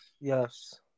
Yes